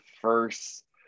first